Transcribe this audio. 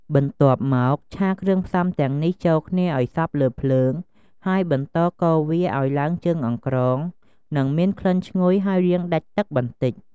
បន្ទាប់មក ឆាគ្រឿងផ្សំទាំងនេះចូលគ្នាឲ្យសព្វលើភ្លើង ហើយបន្តកូរវាអោយឡើងជើងអង្រ្គង និងមានក្លិនឆ្ងុយហើយរាងដាច់ទឹកបន្តិច។